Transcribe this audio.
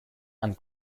and